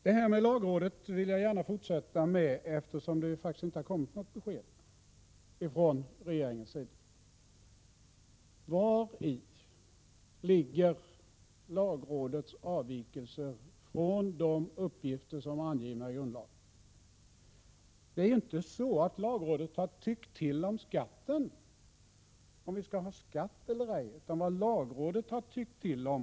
Jag vill återkomma till det här med lagrådet, eftersom vi inte fått något besked från regeringens sida. Vari ligger lagrådets avvikelser från de uppgifter som är angivna i grundlagen? Lagrådet har ju inte tyckt till om skatten, alltså om vi skall ha denna skatt eller ej. Vad lagrådet har tyckt till Prot.